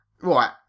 Right